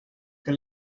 que